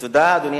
תודה, אדוני